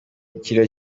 ikiriyo